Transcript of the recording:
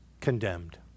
condemned